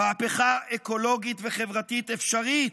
מהפכה אקולוגית וחברתית אפשרית,